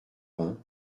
vingt